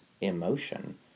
emotion